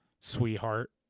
sweetheart